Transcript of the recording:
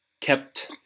kept